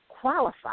qualify